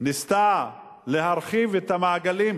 ניסתה להרחיב את המעגלים